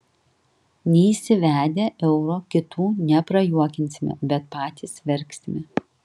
neįsivedę euro kitų neprajuokinsime bet patys verksime